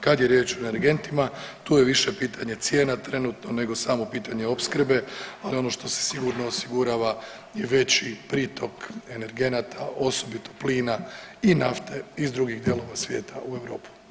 Kad je riječ o energentima, tu je više pitanje cijena trenutno nego samo pitanje opskrbe, ali ono što se sigurno osigurava je veći pritok energenata osobito plina i nafte iz drugih dijelova svijeta u Europu.